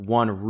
one